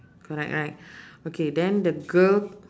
correct right okay then the girl